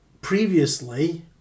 previously